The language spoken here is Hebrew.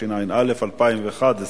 אין מתנגדים ואין נמנעים.